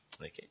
Okay